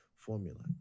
Formula